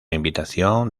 invitación